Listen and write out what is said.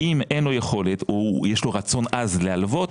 אם אין לו יכולת, יש לו רצון עז להלוות,